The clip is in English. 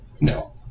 no